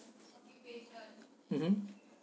mmhmm